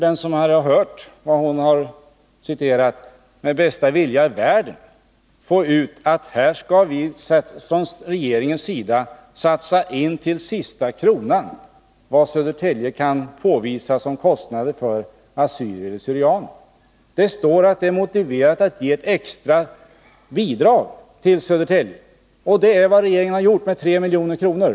Den som hörde när hon gjorde det kan ju inte med bästa vilja i världen få det till att regeringen till sista kronan skall betala vad Södertälje kan visa är kostnader för assyrier och syrianer. Det står att det är motiverat att ge ett extra bidrag till Södertälje, och det är vad regeringen gjorde när den anslog 3 milj.kr.